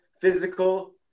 physical